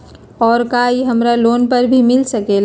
और का इ हमरा लोन पर भी मिल सकेला?